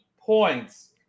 points